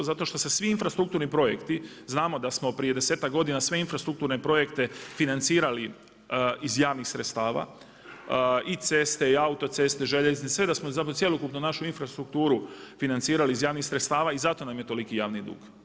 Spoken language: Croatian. Zato što se svi infrastrukturni projekti, znamo da smo prije 10-ak godina sve infrastrukturne projekte financirali iz javnih sredstava i ceste i autoceste, željeznice, sve da smo, cjelokupnu našu infrastrukturu financirali iz javnih sredstava i zato nam je toliki javni dug.